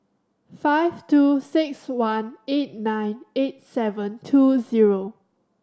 five two six one eight nine eight seven two zero